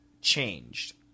changed